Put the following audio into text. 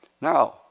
Now